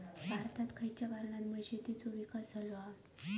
भारतात खयच्या कारणांमुळे शेतीचो विकास झालो हा?